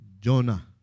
Jonah